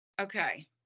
Okay